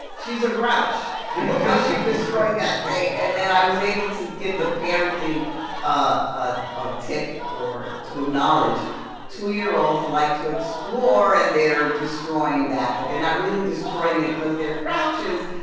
she's a grouch look how she destroyed that tape. and then i was able to give the parenting ah ah ah tip or to acknowledge two year olds like to explore, and they're destroying that. but they're not really destroying it because they're grouches.